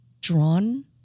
drawn